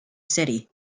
city